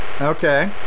Okay